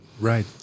right